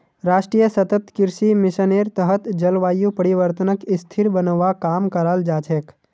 राष्ट्रीय सतत कृषि मिशनेर तहत जलवायु परिवर्तनक स्थिर बनव्वा काम कराल जा छेक